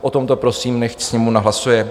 O tomto prosím, nechť Sněmovna hlasuje.